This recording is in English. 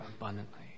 abundantly